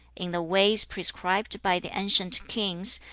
in the ways prescribed by the ancient kings,